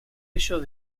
ellos